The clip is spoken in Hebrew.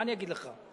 מה אני אגיד לך?